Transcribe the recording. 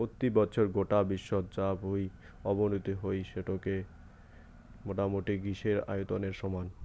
পত্যি বছর গোটা বিশ্বত যা ভুঁই অবনতি হই সেইটো মোটামুটি গ্রীসের আয়তনের সমান